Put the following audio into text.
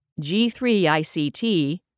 G3ICT